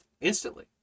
instantly